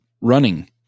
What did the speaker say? Running